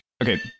Okay